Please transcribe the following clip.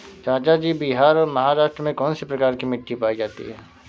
चाचा जी बिहार और महाराष्ट्र में कौन सी प्रकार की मिट्टी पाई जाती है?